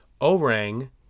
orang